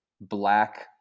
black